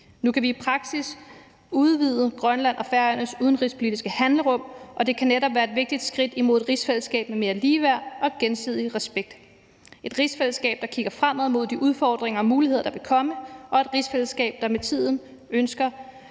Nu kan vi i praksis udvide Grønland og Færøernes udenrigspolitiske handlerum, og det kan netop være et vigtigt skridt imod et rigsfællesskab med mere ligeværd og gensidig respekt – et rigsfællesskab, der kigger fremad mod de udfordringer og muligheder, der vil komme, og et rigsfællesskab, der med tiden ønsker